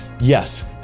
yes